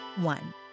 One